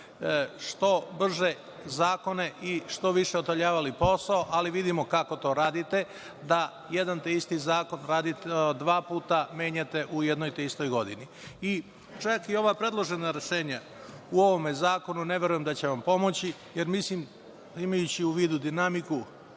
što brže zakone i što više otaljavali posao, ali vidimo kako to radite, jedan te isti zakon menjate u jednoj te istoj godini. Čak i ova predložena rešenja u ovom zakonu ne verujem da će vam pomoći, jer mislim da, imajući u vidu dinamiku